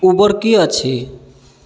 Uber की अछि